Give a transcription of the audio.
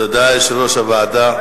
תודה, יושב-ראש הוועדה.